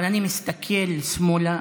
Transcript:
ואני מסתכל שמאלה